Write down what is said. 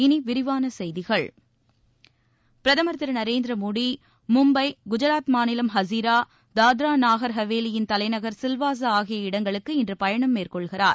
இனி விரிவான செய்திகள் பிரதமர் திரு நரேந்திர மோடி மும்பை குஜராத் மாநிலம் ஹஸிரா தாத்ரா நாகர் ஹவேலியின் தலைநகர் சில்வாஸா ஆகிய இடங்களுக்கு இன்று பயணம் மேற்கொள்கிறார்